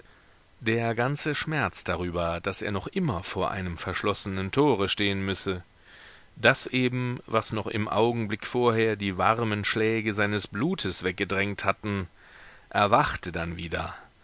der ganze schmerz darüber daß er noch immer vor einem verschlossenen tore stehen müsse das eben was noch im augenblick vorher die warmen schläge seines blutes weggedrängt hatten erwachte dann wieder